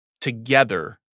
together